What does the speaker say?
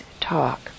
talk